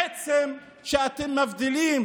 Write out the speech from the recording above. עצם זה שאתם מבדילים